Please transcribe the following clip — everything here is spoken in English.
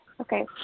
Okay